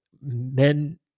Men